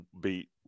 beat